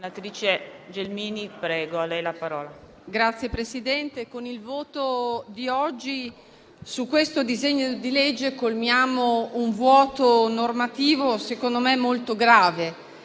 Signor Presidente, con il voto di oggi su questo disegno di legge colmiamo un vuoto normativo secondo me molto grave,